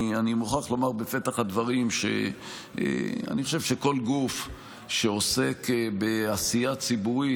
אני מוכרח לומר בפתח הדברים: אני חושב שכל גוף שעוסק בעשייה ציבורית,